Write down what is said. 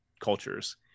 cultures